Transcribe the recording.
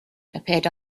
appeared